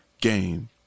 game